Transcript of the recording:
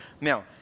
Now